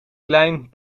klein